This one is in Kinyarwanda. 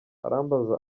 arambaza